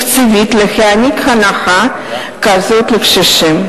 תקציבית להעניק הנחה כזאת לקשישים.